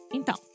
Então